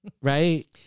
Right